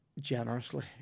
generously